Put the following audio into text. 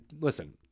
listen